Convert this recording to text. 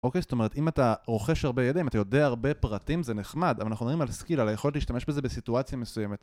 אוקיי, זאת אומרת אם אתה רוכש הרבה ידיים, אתה יודע הרבה פרטים, זה נחמד אבל אנחנו מדברים על skill, על היכולת להשתמש בזה בסיטואציה מסוימת